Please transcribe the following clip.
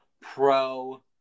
pro